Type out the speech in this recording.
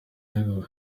begukanye